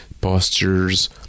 postures